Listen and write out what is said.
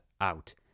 out